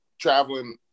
traveling